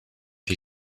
les